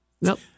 Nope